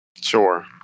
sure